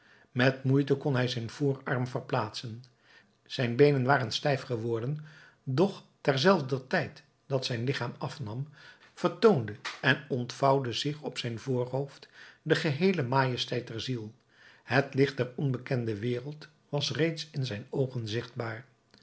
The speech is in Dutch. met moeite kon hij zijn voorarm verplaatsen zijn beenen waren stijf geworden doch terzelfder tijd dat zijn lichaam afnam vertoonde en ontvouwde zich op zijn voorhoofd de geheele majesteit der ziel het licht der onbekende wereld was reeds in zijn oogen zichtbaar